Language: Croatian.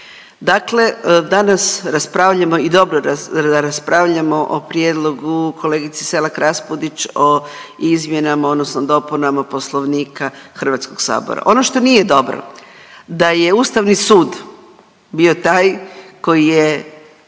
dakle danas raspravljamo i dobro da raspravljamo o prijedlogu kolegice Selak Raspudić o izmjenama odnosno dopunama Poslovnika HS. Ono što nije dobro da je Ustavni sud bio taj koji je